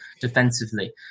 defensively